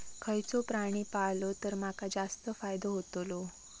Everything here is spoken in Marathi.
खयचो प्राणी पाळलो तर माका जास्त फायदो होतोलो?